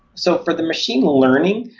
so for the machine learning,